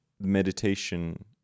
meditation